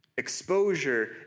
Exposure